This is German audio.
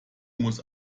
muss